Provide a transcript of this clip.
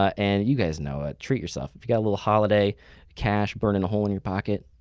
and you guys know what, treat yourself. if you got a little holiday cash burnin' a hole in your pocket,